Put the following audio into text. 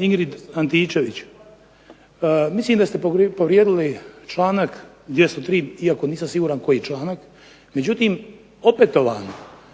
Ingrid Antičević mislim da ste povrijedili članak 203. iako nisam siguran koji članak. Međutim, opetovano